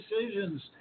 decisions